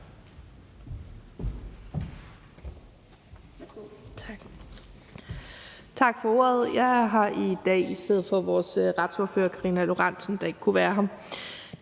Tak for ordet. Jeg er her i dag i stedet for vores retsordfører, Karina Lorentzen Dehnhardt, der ikke kunne være her.